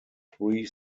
three